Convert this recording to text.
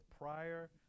prior